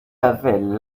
avaient